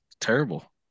terrible